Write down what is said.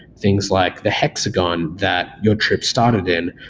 things like the hexagon that your trip started in.